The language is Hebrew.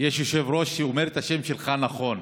יש יושב-ראש שאומר את השם שלך נכון.